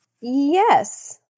Yes